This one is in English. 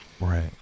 right